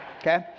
Okay